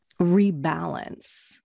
rebalance